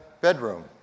bedroom